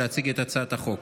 להציג את הצעת החוק.